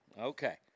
Okay